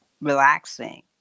relaxing